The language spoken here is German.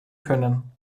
können